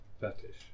fetish